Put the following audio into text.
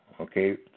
Okay